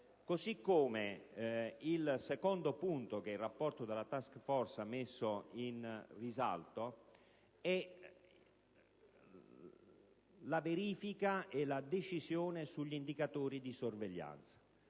senso. Il secondo punto che il rapporto della *task* *force* ha messo in risalto è la verifica e la decisione in merito agli indicatori di sorveglianza.